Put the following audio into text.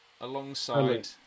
alongside